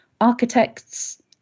architects